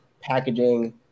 packaging